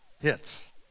hits